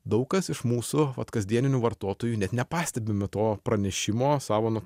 daug kas iš mūsų vat kasdieninių vartotojų net nepastebime to pranešimo savo nu